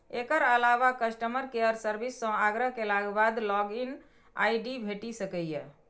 एकर अलावा customer care service सं आग्रह केलाक बाद लॉग इन आई.डी भेटि सकैए